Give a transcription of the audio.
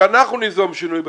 שאנחנו ניזום שינוי בתקציב,